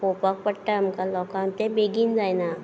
आपोवपाक पडटा आमकां लोकांक तें बेगीन जायना